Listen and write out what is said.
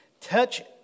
touch